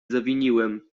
zawiniłem